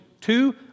Two